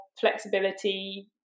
flexibility